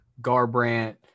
Garbrandt